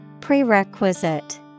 Prerequisite